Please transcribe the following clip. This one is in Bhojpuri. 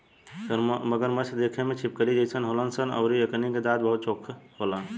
मगरमच्छ देखे में छिपकली के जइसन होलन सन अउरी एकनी के दांत बहुते चोख होला